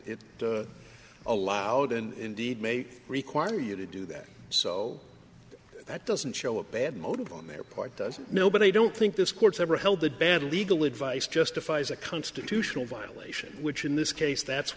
it's allowed in deed may require you to do that so that doesn't show a bad motive on their part doesn't know but i don't think this court's ever held that bad legal advice justifies a constitutional violation which in this case that's